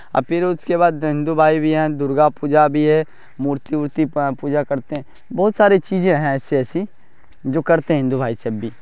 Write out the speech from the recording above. آ پھر اس کے بعد ہندو بھائی بھی ہیں درگا پوجا بھی ہے مورتی اورتی پوجا کرتے ہیں بہت ساری چیجیں ہیں ایسی ایسی جو کرتے ہیں ہندو بھائی سب بھی